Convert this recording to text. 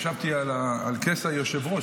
ישבתי על כס היושב-ראש,